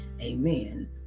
Amen